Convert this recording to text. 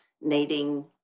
needing